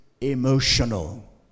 emotional